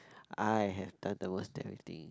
I have done the most daring thing